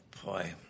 Boy